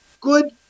good